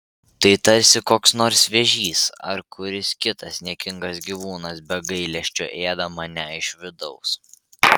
tai tarsi koks nors vėžys ar kuris kitas niekingas gyvūnas be gailesčio ėda mane iš vidaus